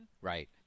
right